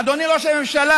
אדוני ראש הממשלה,